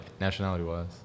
nationality-wise